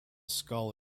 skull